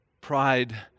Pride